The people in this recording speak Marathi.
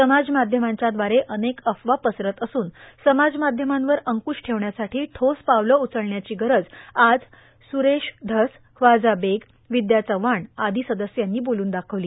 समाज माध्यमांच्याद्वारे अनेक अफवा पसरत असून समाज माध्यमांवर अंक्श ठेवण्यासाठी ठेस पावलं उचलायची गरज आज सुरेध धस ख्वाजा बेग विद्या चव्हाण आदी सदस्यांनी बोलून दाखवली